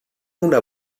una